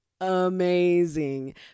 amazing